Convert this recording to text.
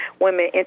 women